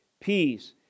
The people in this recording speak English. peace